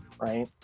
right